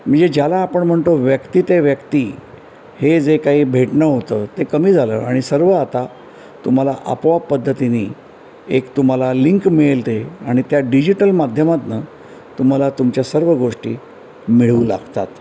म्हणजे ज्याला आपण म्हणतो व्यक्ती ते व्यक्ती हे जे काही भेटणं होतं ते कमी झालं आणि सर्व आता तुम्हाला आपोआप पद्धतीनी एक तुम्हाला लिंक मिळेल ते आणि त्या डिजिटल माध्यमातनं तुम्हाला तुमच्या सर्व गोष्टी मिळू लागतात